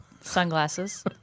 Sunglasses